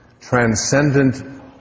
transcendent